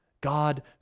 God